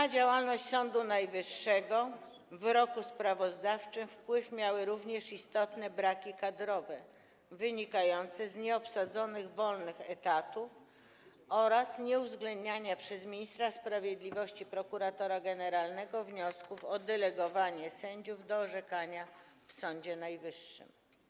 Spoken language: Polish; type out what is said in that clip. Na działalność Sądu Najwyższego w roku sprawozdawczym wpływ miały również istotne braki kadrowe wynikające z nieobsadzenia wolnych etatów oraz nieuwzględniania przez ministra sprawiedliwości - prokuratora generalnego wniosków o delegowanie sędziów do orzekania w Sądzie Najwyższym.